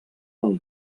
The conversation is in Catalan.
del